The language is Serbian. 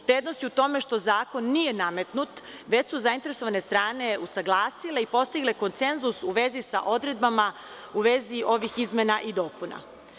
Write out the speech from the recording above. Prednost je u tome što zakon nije nametnut, već su zainteresovane strane usaglasile i postigle konsenzus u vezi sa odredbama u vezi ovih izmena i dopuna.